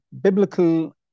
biblical